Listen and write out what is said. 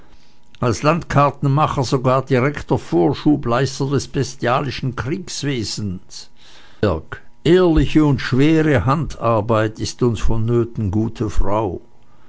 als landkartenmacher sogar direkter vorschubleister des bestialischen kriegswesens handwerk ehrliche und schwere handarbeit ist uns vonnöten gute frau